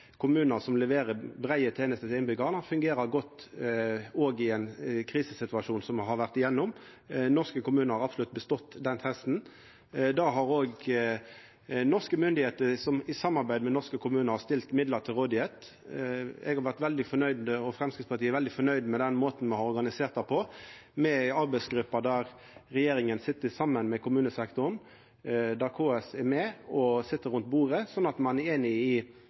kommunar som leverer eit breitt spekter av tenester til innbyggjarane, fungerer godt òg i ein krisesituasjon som me har vore igjennom. Norske kommunar har absolutt bestått den testen. Det har òg norske myndigheiter, som i samarbeid med norske kommunar har stilt midlar til rådvelde. Eg og Framstegspartiet er veldig fornøgde med måten ein har organisert det på. Me er med i ei arbeidsgruppe med regjeringa saman med kommunesektoren – KS er med. Ein sit rundt bordet og blir einige om felles problembeskrivingar, og ein